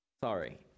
Sorry